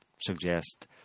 suggest